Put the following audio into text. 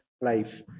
life